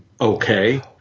okay